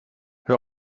hör